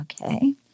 Okay